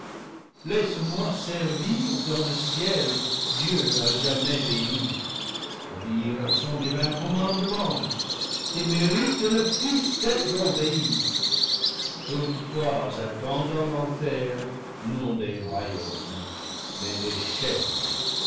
laisse-moi servir dans le ciel dieu à jamais béni obéir à son divin commandement qui mérite le plus d'être obéi toutefois attends dans l'enfer non des royaumes mais des chaînes